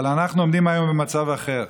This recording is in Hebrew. אבל אנחנו עומדים היום במצב אחר,